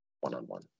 one-on-one